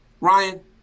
Ryan